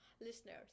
listeners